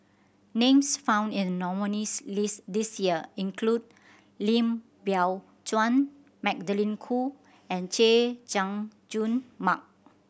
names found in the nominees' list this year include Lim Biow Chuan Magdalene Khoo and Chay Jung Jun Mark